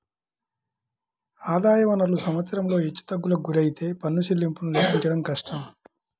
ఆదాయ వనరులు సంవత్సరంలో హెచ్చుతగ్గులకు గురైతే పన్ను చెల్లింపులను లెక్కించడం కష్టం